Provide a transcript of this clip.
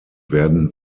werden